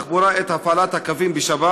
1. האם יאשר משרד התחבורה את הפעלת הקווים בשבת?